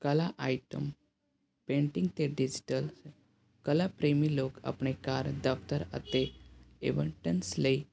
ਕਲਾ item painting ਅਤੇ digital ਕਲਾ ਪ੍ਰੇਮੀ ਲੋਕ ਆਪਣੇ ਘਰ ਦਫ਼ਤਰ ਅਤੇ ਏਵਨ ਟੈਂਸ ਲਈ